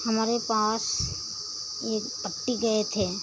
हमारे पास ये पट्टी गए थे